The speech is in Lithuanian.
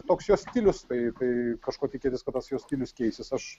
toks jos stilius tai tai kažko tikėtis kad tas jo stilius keisis aš